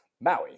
MAUI